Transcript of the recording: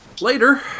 Later